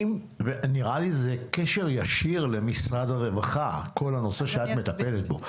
ונראה לי זה קשר ישיר למשרד הרווחה כל הנושא שאת מטפלת בו.